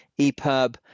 epub